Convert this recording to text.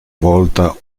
volta